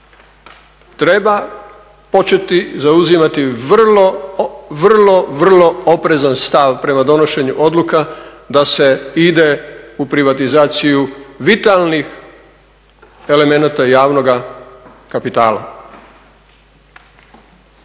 treba početi zauzimati vrlo, vrlo oprezan stav prema donošenju odluka da se ide u privatizaciju vitalnih elemenata javnoga kapitala.